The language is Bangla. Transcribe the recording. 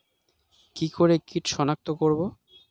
কি করে কিট শনাক্ত করব?